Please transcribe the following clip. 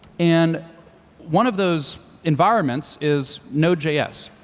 and one of those environments is node js.